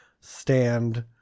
stand